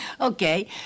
Okay